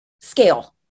scale